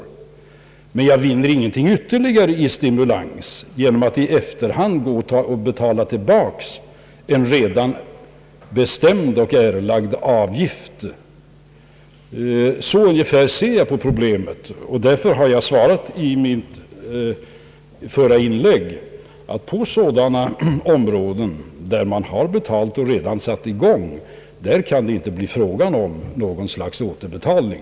Men jag vinner ingenting ytterligare i stimulans genom att i efterhand betala tillbaka en redan bestämd och erlagd avgift. Så ungefär ser jag på problemet, och därför har jag sagt i mitt förra inlägg att på sådana områden, där man har betalat avgiften och redan satt i gång bygget, kan det inte bli fråga om något slags återbetalning.